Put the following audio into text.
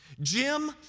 Jim